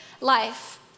life